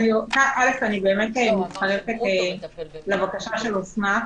ראשית, אני מצטרפת לבקשה של אוסנת.